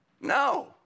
No